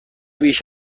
بیش